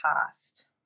past